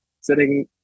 sitting